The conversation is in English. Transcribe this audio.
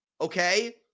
Okay